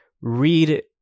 read